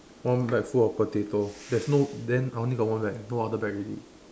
one bag full of potato there's no then I only got one bag no other bag already